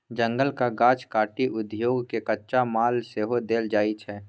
जंगलक गाछ काटि उद्योग केँ कच्चा माल सेहो देल जाइ छै